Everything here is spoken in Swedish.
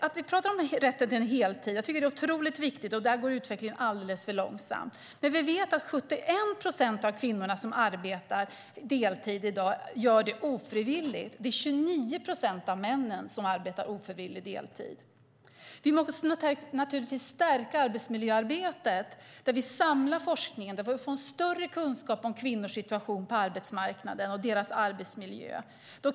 Att vi talar om rätten till heltid tycker jag är otroligt viktigt, och där går utvecklingen alldeles för långsamt. Vi vet att 71 procent av de kvinnor som arbetar deltid i dag gör det ofrivilligt. Det är 29 procent av männen som arbetar ofrivillig deltid. Vi måste naturligtvis stärka arbetsmiljöarbetet - samla forskningen och få en större kunskap om kvinnors situation på arbetsmarknaden och om deras arbetsmiljö.